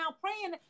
praying